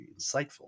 insightful